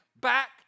back